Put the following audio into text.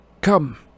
Come